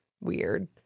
weird